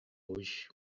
hoje